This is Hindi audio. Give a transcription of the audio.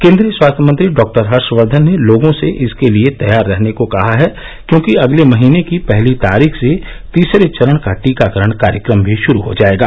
केंद्रीय स्वास्थ्य मंत्री डॉक्टर हर्षवर्धन ने लोगों से इसके लिए तैयार रहने को कहा है क्योंकि अगले महीने की पहली तारीख से तीसरे चरण का टीकाकरण कार्यक्रम भी शुरू हो जायेगा